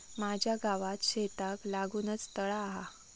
माझ्या गावात शेताक लागूनच तळा हा